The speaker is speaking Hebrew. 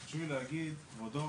חשוב לי להגיד כבודו.